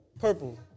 purple